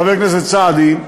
חבר הכנסת סעדי,